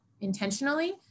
intentionally